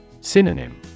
Synonym